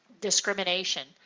discrimination